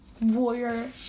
Warrior